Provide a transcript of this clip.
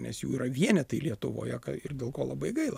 nes jų yra vienetai lietuvoje ir dėl ko labai gaila